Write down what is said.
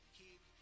keep